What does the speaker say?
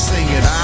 Singing